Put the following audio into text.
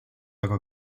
aga